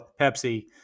Pepsi